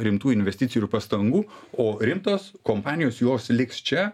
rimtų investicijų ir pastangų o rimtos kompanijos jos liks čia